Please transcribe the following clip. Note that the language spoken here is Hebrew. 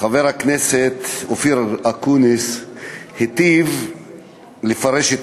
חבר הכנסת אופיר אקוניס היטיב לפרש את